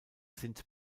sind